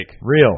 Real